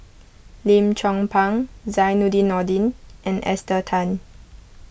Lim Chong Pang Zainudin Nordin and Esther Tan